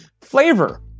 Flavor